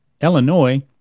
Illinois